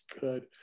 good